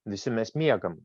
visi mes miegam